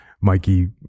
Mikey